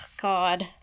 God